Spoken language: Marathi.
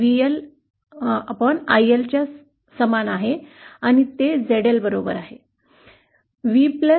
Vआणि V चे निराकरण केल्यास या समीकरणामधून आपल्याला ही 2 समीकरणे मिळतील